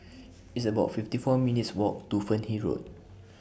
It's about fifty four minutes' Walk to Fernhill Road